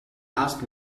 asked